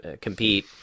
compete